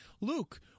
Luke